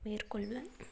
மேற்கொள்வேன்